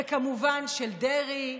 וכמובן של דרעי,